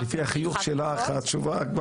כן.